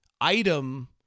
item